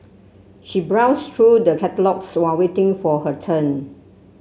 she browsed through the catalogues while waiting for her turn